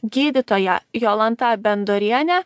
gydytoja jolanta bendorienė